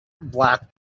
Black